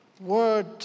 word